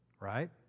right